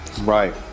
Right